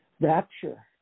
rapture